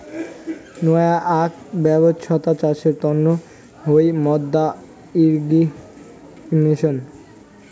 নয়া আক ব্যবছ্থা চাষের তন্ন হই মাদ্দা ইর্রিগেশন